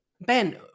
ben